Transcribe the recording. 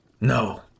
No